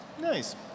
Nice